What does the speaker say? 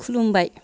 खुलुमबाय